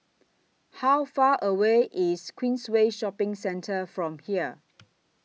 How Far away IS Queensway Shopping Centre from here